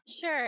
Sure